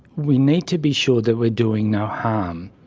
we need to be sure that we are doing no harm.